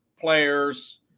players